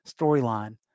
storyline